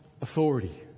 authority